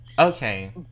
Okay